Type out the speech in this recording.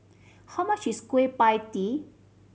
how much is Kueh Pie Tee